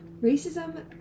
Racism